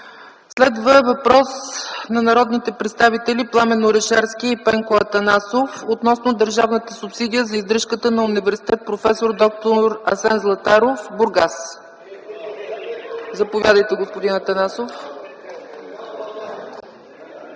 Следва въпрос на народните представители Пламен Орешарски и Пенко Атанасов относно държавната субсидия за издръжката на университет „Проф. д-р Асен Златаров” – Бургас. (Шум, смях и